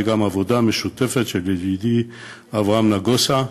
זה גם עבודה משותפת של ידידי אברהם נגוסה,